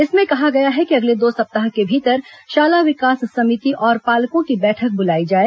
इसमें कहा गया है कि अगले दो सप्ताह के भीतर शाला विकास समिति और पालकों की बैठक बुलाई जाए